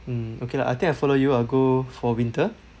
mm okay lah I think I follow you I'll go for winter